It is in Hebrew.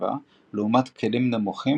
ברכיבה לעומת כלים נמוכים,